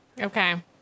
Okay